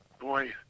Boy